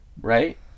Right